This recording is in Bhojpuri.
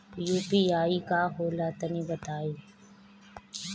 इ यू.पी.आई का होला तनि बताईं?